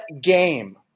game